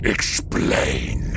Explain